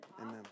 Amen